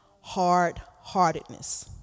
hard-heartedness